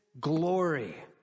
glory